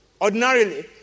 ordinarily